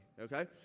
okay